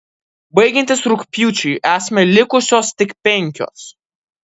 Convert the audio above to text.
baigiantis rugpjūčiui esame likusios tik penkios